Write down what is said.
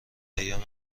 ایام